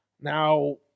now